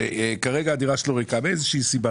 שכרגע הדירה שלו ריקה מאיזו שהיא סיבה,